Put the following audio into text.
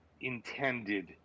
intended